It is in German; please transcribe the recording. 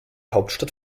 hauptstadt